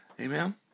Amen